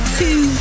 two